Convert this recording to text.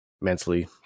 mentally